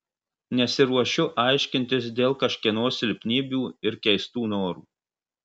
nesiruošiu aiškintis dėl kažkieno silpnybių ir keistų norų